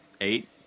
eight